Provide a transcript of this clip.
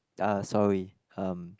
uh sorry um